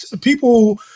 people